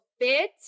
fit